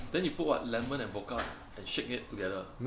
then you put what lemon and vodka and shake it together